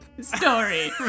Story